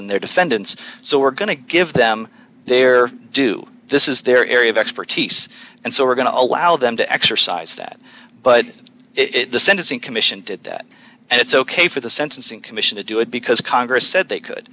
and they're defendants so we're going to give them their due this is their area of expertise and so we're going to allow them to exercise that but it the sentencing commission did that and it's ok for the sentencing commission to do it because congress said they could